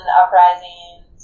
uprisings